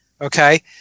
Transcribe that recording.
okay